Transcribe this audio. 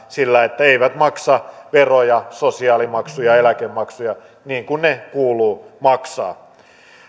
sillä että eivät maksa veroja sosiaalimaksuja ja eläkemaksuja niin kuin ne kuuluu maksaa